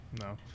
No